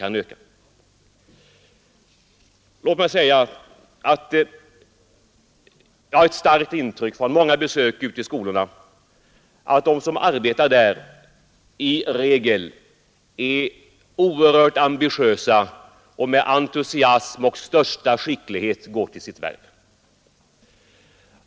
Jag har från många besök uti skolorna ett starkt intryck av att de som arbetar där i regel är oerhört ambitiösa och med entusiasm och största skicklighet går till sitt värv.